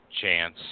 chance